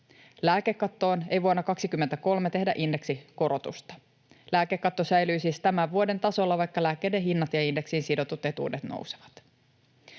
Lääkekattoon ei vuonna 23 tehdä indeksikorotusta. Lääkekatto säilyy siis tämän vuoden tasolla, vaikka lääkkeiden hinnat ja indeksiin sidotut etuudet nousevat.